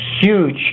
huge